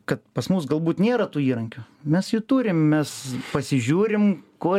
kad pas mus galbūt nėra tų įrankių mes jų turim mes pasižiūrim ko